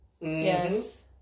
Yes